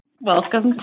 Welcome